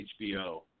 HBO